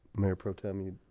mayor pro tem you